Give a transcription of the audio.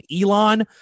Elon